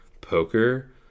poker